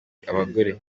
abagore